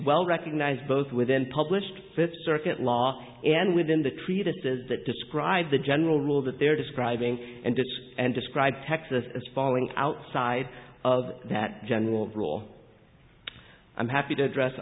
well recognized both within published fifth circuit law and within the treatises that describe the general rule that they're describing and discuss and describe texas as falling outside of that general rule i'm happy to address othe